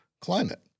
climate